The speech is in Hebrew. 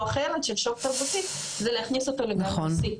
אחרת של שוק תרבותי זה להכניס אותו לגן רוסי,